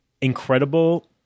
incredible